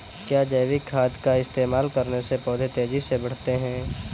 क्या जैविक खाद का इस्तेमाल करने से पौधे तेजी से बढ़ते हैं?